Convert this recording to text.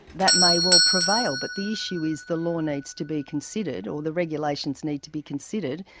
that may well prevail. but the issue is the law needs to be considered or the regulations need to be considered,